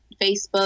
Facebook